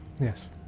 yes